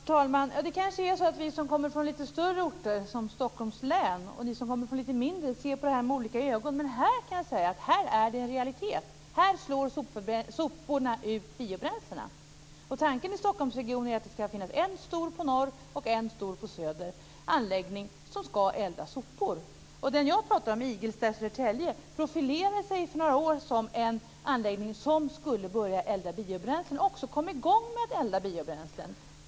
Fru talman! Det kanske är så att vi som kommer från lite större orter i Stockholms län och ni som kommer från lite mindre orter ser på det här med lite olika ögon. I Stockholmsregionen är det en realitet. Här slår soporna ut biobränslena. Tanken är att det i Stockholmsregionen skall finnas en stor anläggning i norr och en stor anläggning i söder där man skall elda sopor. Den anläggning som jag pratar om, Igelstad i Södertälje, profilerade sig för några år sedan som en anläggning där man skulle börja elda biobränslen. Man kom också i gång med att elda biobränslen.